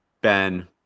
Ben